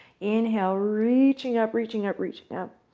inhale, reaching up, reaching up, reaching up.